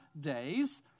days